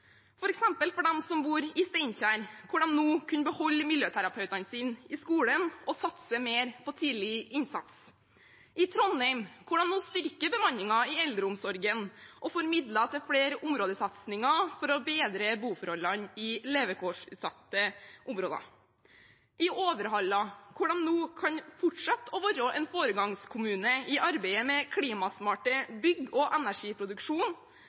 for dem som bor i Steinkjer, der de nå kunne beholde miljøterapeutene sine i skolen og satse mer på tidlig innsats i Trondheim, hvor de nå styrker bemanningen i eldreomsorgen og får midler til flere områdesatsinger for å bedre boforholdene i levekårsutsatte områder i Overhalla, hvor de nå kan fortsette å være en foregangskommune i arbeidet med klimasmarte bygg og energiproduksjon,